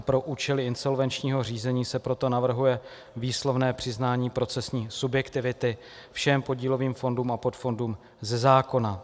Pro účely insolvenčního řízení se proto navrhuje výslovné přiznání procesní subjektivity všem podílovým fondům a podfondům ze zákona.